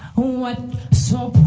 what so